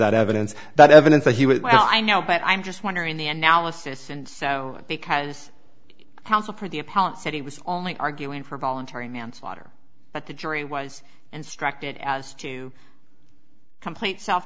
that evidence that evidence that he was well i know but i'm just wondering the analysis and so because how for the opponent said he was only arguing for voluntary manslaughter but the jury was instructed as to complaint self